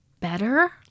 better